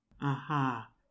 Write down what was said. Aha